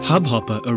Hubhopper